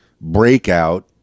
breakout